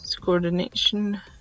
coordination